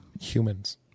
Humans